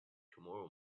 tomorrow